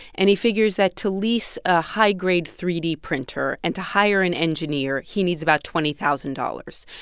and he figures that to lease a high-grade three d printer and to hire an engineer, he needs about twenty thousand dollars.